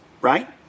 right